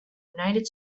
united